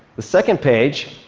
the second page